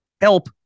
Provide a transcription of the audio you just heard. Help